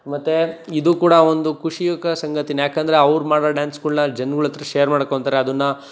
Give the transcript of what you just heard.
ಮತ್ತು ಇದು ಕೂಡ ಒಂದು ಖುಷಿಯುಕ್ತ ಸಂಗತಿಯೇ ಏಕೆಂದ್ರೆ ಅವ್ರು ಮಾಡೋ ಡ್ಯಾನ್ಸ್ಗಳನ್ನ ಜನಗಳತ್ರ ಶೇರ್ ಮಾಡ್ಕೊಳ್ತಾರೆ ಅದನ್ನು